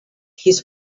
his